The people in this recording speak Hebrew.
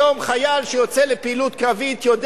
היום חייל שיוצא לפעילות קרבית יודע